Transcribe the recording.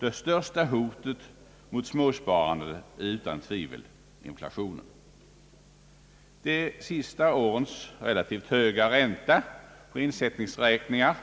Det största hotet mot småsparandet är utan tvivel inflationen, och de senaste årens relativt höga ränta på insättningsräkningar